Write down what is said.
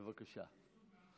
בבקשה.